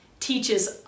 teaches